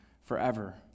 forever